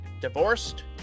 divorced